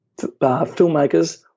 filmmakers